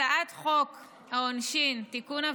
הצעת חוק העונשין (תיקון,